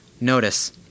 notice